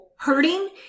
Hurting